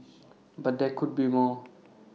but there could be more